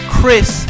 Chris